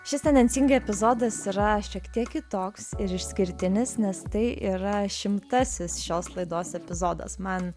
šis tendencingai epizodas yra šiek tiek kitoks ir išskirtinis nes tai yra šimtasis šios laidos epizodas man